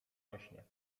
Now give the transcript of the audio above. rośnie